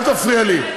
אל תפריע לי.